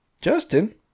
Justin